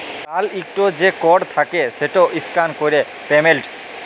কাল ইকট যে কড থ্যাকে সেট ইসক্যান ক্যরে পেমেল্ট